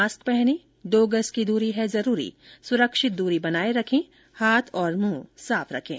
mask पहनें दो गज की दूरी है जरूरी सुरक्षित दूरी बनाए रखें हाथ और मुंह साफ रखें